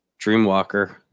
Dreamwalker